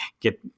get